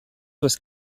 was